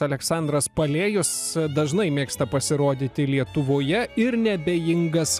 aleksandras palėjus dažnai mėgsta pasirodyti lietuvoje ir neabejingas